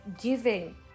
giving